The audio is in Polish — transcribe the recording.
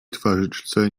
twarzyczce